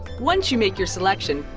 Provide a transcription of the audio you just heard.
once you make your selection,